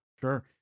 sure